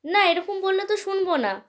না এরকম বললে তো শুনব না